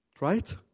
Right